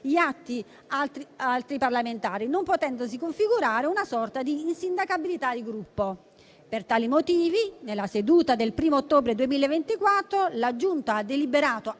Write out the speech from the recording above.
gli atti di altri parlamentari, non potendosi configurare una sorta di insindacabilità di gruppo. Per tali motivi, nella seduta del 1° ottobre 2024 la Giunta ha deliberato